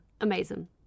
Amazing